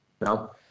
No